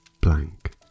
blank